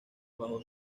bajo